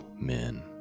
men